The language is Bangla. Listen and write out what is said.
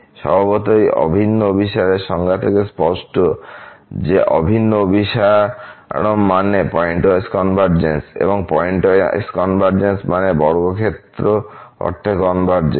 স্বভাবতই অভিন্ন অভিসারের সংজ্ঞা থেকে স্পষ্ট যে অভিন্ন অভিসারম মানে পয়েন্টওয়াইজ কনভারজেন্স এবং পয়েন্টওয়াইজ কনভারজেন্স মানে বর্গক্ষেত্র অর্থে কনভারজেন্স